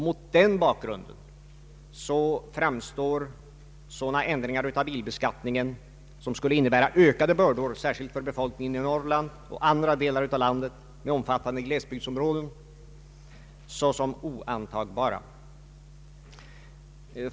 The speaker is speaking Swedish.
Mot den bakgrunden framstår sådana ändringar av bilbeskattningen som skulle innebära ökade bördor särskilt för befolkningen i Norrland och andra delar av landet med omfattande glesbygdsområden såsom oantagbara.